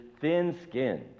thin-skinned